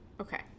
Okay